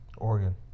Oregon